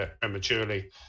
prematurely